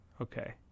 okay